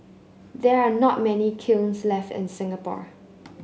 there are not many kilns left in Singapore